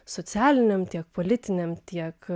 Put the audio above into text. socialiniam tiek politiniam tiek